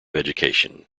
education